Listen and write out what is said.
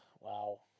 wow